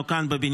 -מתן